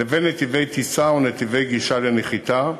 לבין נתיבי טיסה ונתיבי גישה לנחיתה,